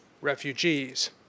refugees